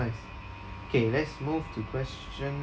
nice K let's move to question